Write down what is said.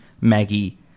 Maggie